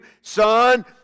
Son